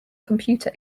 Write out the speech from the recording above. computer